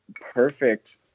perfect